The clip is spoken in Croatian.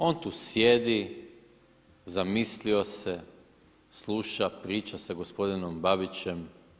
On tu sjedi, zamislio se, sluša, priča sa gospodinom Babićem.